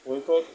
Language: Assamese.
প্ৰশিক্ষক